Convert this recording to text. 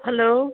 hello